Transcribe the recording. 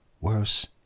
Worse